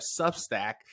substack